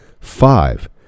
Five